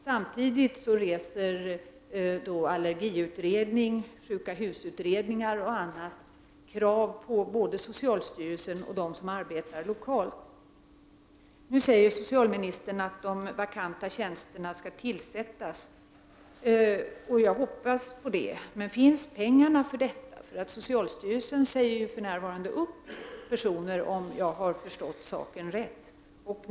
Samtidigt reser allergiutredningen, sjuka-hus-utredningar och andra krav på både socialstyrelsen och dem som arbetar lokalt. Nu säger socialministern att de vakanta tjänsterna skall tillsättas. Jag hoppas på det. Men finns det pengar för detta? Socialstyrelsen säger för närvarande upp personer, om jag har förstått saken rätt.